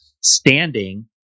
standing